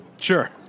Sure